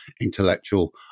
intellectual